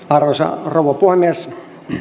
arvoisa rouva puhemies